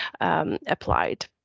applied